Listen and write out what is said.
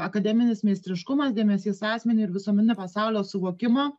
akademinis meistriškumas dėmesys asmeniui ir visuomeninė pasaulio suvokimo